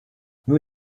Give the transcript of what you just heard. nur